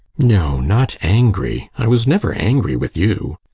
no, not angry! i was never angry with you.